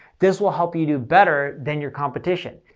this will help you do better than your competition.